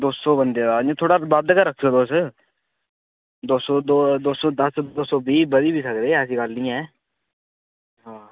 दो सौ बंदे दा इ'यां थोह्ड़ा बद्ध गै रक्खेओ तुस दो सौ दो दो सौ दस्स दो सौ बीह् बधी बी सकदे ऐसी गल्ल निं ऐ हां